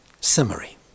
summary